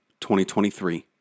2023